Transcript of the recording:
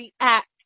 react